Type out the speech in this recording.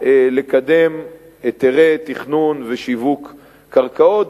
לקדם היתרי תכנון ושיווק קרקעות,